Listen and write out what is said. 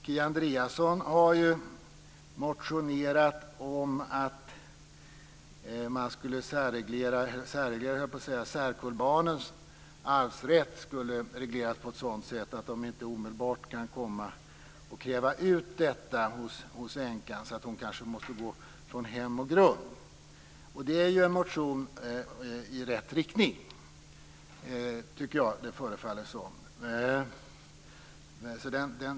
Kia Andreasson har motionerat om att särkullbarnens arvsrätt skulle regleras på ett sådant sätt att de inte omedelbart kan komma och kräva ut den hos änkan, så att hon kanske måste gå från hem och grund. Det är en motion i rätt riktning, tycker jag att det förefaller som.